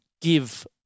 give